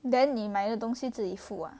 then 你买的东西自己付啊